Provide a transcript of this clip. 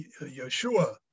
Yeshua